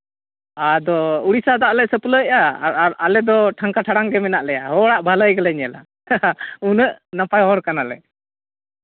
ᱟᱫᱚ ᱩᱲᱤᱥᱥᱟ ᱫᱟᱜ ᱞᱮ ᱥᱟᱹᱯᱞᱟᱹᱭᱮᱫᱼᱟ ᱟᱨ ᱟᱞᱮ ᱫᱚ ᱴᱷᱟᱝᱠᱟ ᱴᱷᱟᱲᱟᱝ ᱜᱮ ᱢᱮᱱᱟᱜ ᱞᱮᱭᱟ ᱦᱚᱲᱟᱜ ᱵᱷᱟᱹᱞᱟᱹᱭ ᱜᱮᱞᱮ ᱧᱮᱞᱟ ᱛᱤᱱᱟᱹᱜ ᱱᱟᱯᱟᱭ ᱦᱚᱲ ᱠᱟᱱᱟᱞᱮ